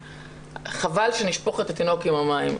חבל שנשפוך את התינוק עם המים.